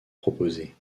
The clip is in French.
proposée